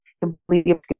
completely